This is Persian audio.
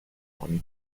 کنی